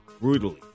brutally